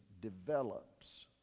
develops